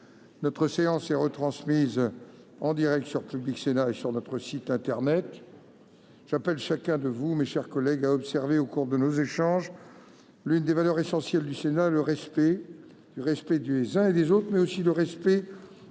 la séance est retransmise en direct sur Public Sénat et sur notre site internet. J'appelle chacun de vous, mes chers collègues, à observer au cours de nos échanges l'une des valeurs essentielles du Sénat : le respect- respect des uns et des autres, mais aussi celui